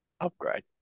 Upgrade